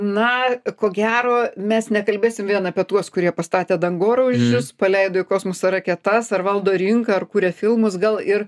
na ko gero mes nekalbėsim vien apie tuos kurie pastatė dangoraižius paleido į kosmosą raketas ar valdo rinką ar kuria filmus gal ir